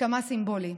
כמה סימבולי.